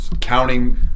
counting